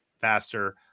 faster